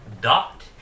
dot